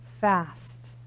fast